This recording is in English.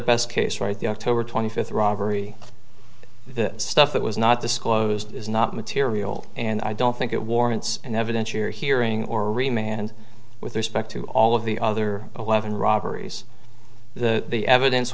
best case right the october twenty fifth robbery the stuff that was not disclosed is not material and i don't think it warrants an evidentiary hearing or remain and with respect to all of the other eleven robberies the the evidence